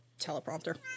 teleprompter